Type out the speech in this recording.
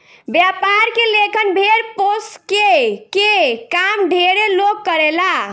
व्यापार के लेखन भेड़ पोसके के काम ढेरे लोग करेला